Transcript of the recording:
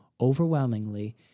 overwhelmingly